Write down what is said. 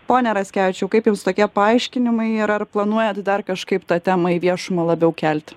pone raskevičiau kaip jums tokie paaiškinimai ir ar planuojat dar kažkaip tą temą į viešumą labiau kelti